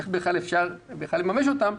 איך בכלל אפשר לממש אותם.